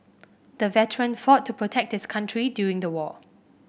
the veteran fought to protect his country during the war